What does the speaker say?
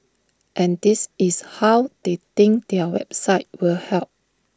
and this is how they think their website will help